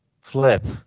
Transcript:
flip